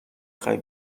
خوای